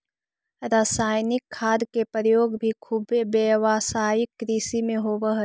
रसायनिक खाद के प्रयोग भी खुबे व्यावसायिक कृषि में होवऽ हई